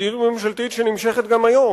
מדיניות ממשלתית שנמשכת גם היום: